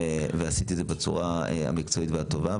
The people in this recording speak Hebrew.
עשיתי את זה בצורה המקצועית והטובה,